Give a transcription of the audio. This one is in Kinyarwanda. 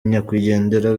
nyakwigendera